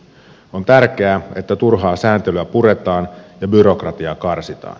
on tärkeää että turhaa sääntelyä puretaan ja byrokratiaa karsitaan